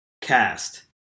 cast